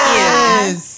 Yes